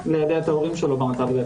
ליידע את ההורים שלו במצב שלו,